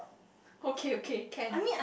okay okay can